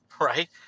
right